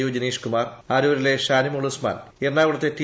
U Jenishkumar അരൂരിലെ ഷാനിമോൾ ഉസ്മാൻ എറണാകുളത്തെ T